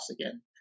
again